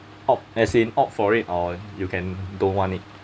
opt as in opt for it or you can don't want it